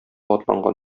атланган